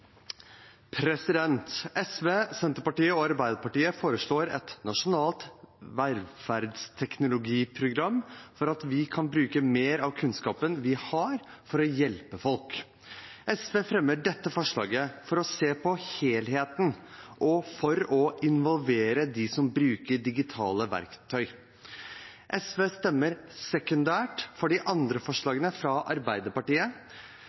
posisjoner. SV, Senterpartiet og Arbeiderpartiet foreslår et nasjonalt velferdsteknologiprogram for at vi kan bruke mer av kunnskapen vi har for å hjelpe folk. SV fremmer dette forslaget for å se på helheten og for å involvere dem som bruker digitale verktøy. SV stemmer sekundært for de andre forslagene fra Arbeiderpartiet.